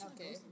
Okay